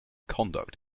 conduct